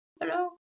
hello